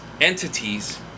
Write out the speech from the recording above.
entities